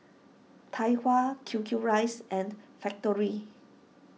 Tai Hua Q Q Rice and Factorie